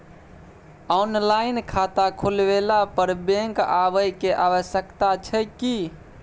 Online खाता खुलवैला पर बैंक आबै के आवश्यकता छै की?